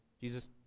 Jesus